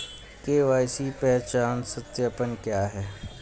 KYC पहचान सत्यापन क्या है?